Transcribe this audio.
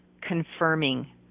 confirming